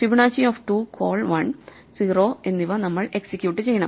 Fibonacci of 2 call 1 0 എന്നിവ നമ്മൾ execute ചെയ്യണം